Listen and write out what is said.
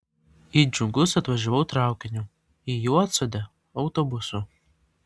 į džiugus atvažiavau traukiniu į juodsodę autobusu